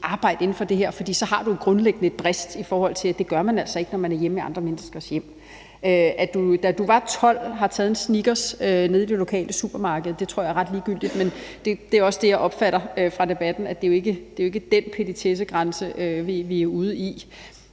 arbejde inden for det her, for så har du grundlæggende en brist i forhold til at mærke, at det gør man altså ikke, når man er hjemme i andre menneskers hjem. At du, da du var 12 år, har taget en Snickers nede i det lokale supermarked, tror jeg er ret ligegyldigt, men det er også det, jeg opfatter fra debatten, altså at det jo ikke er den petitessegrænse, vi er ude i.